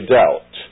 doubt